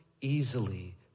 easily